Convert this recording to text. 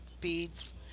beads